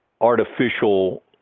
artificial